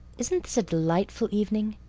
isn't this a delightful evening?